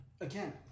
again